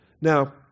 Now